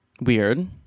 weird